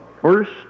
first